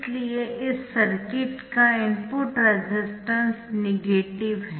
इसलिए इस सर्किट का इनपुट रेसिस्टेंस नेगेटिव है